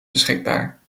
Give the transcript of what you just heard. beschikbaar